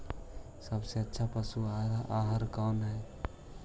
सबसे अच्छा पशु आहार कौन है?